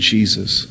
Jesus